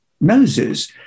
Moses